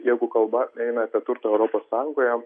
jeigu kalba eina apie turtą europos sąjungoje